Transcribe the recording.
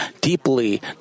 deeply